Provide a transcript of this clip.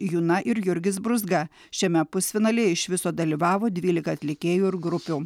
juna ir jurgis brūzga šiame pusfinalyje iš viso dalyvavo dvylika atlikėjų ir grupių